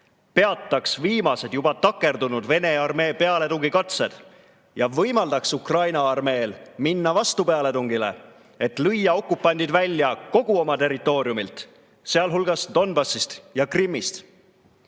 peataks viimased, juba takerdunud Vene armee pealetungikatsed ja võimaldaks Ukraina armeel minna vastupealetungile, et lüüa okupandid välja kogu oma territooriumilt, sealhulgas Donbassist ja Krimmist.